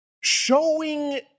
showing